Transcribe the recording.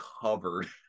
covered